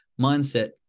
mindset